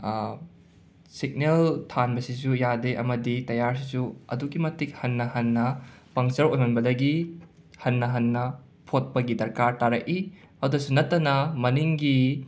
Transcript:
signal ꯊꯥꯟꯕꯁꯤꯁꯨ ꯌꯥꯗꯦ ꯑꯃꯗꯤ ꯇꯌꯥꯔꯁꯤꯁꯨ ꯑꯗꯨꯛꯀꯤ ꯃꯇꯤꯛ ꯍꯟꯅ ꯍꯟꯅ ꯄꯪꯆꯔ ꯑꯣꯏꯃꯟꯕꯗꯒꯤ ꯍꯟꯅ ꯍꯟꯅ ꯐꯣꯠꯄꯒꯤ ꯗꯔꯀꯥꯔ ꯇꯥꯔꯛꯏ ꯑꯗꯨꯗꯁꯨ ꯅꯠꯇꯅ ꯃꯅꯤꯡꯒꯤ